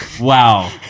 Wow